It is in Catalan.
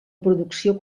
producció